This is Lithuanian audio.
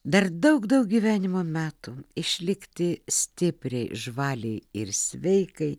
dar daug daug gyvenimo metų išlikti stipriai žvaliai ir sveikai